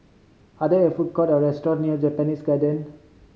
are there food court or restaurant near Japanese Garden